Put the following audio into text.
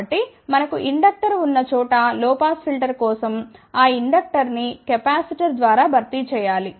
కాబట్టి మనకు ఇండక్టర్ ఉన్నచోట లో పాస్ ఫిల్టర్ కోసం ఆ ఇండక్టర్ని కెపాసిటర్ ద్వారా భర్తీ చేయాలి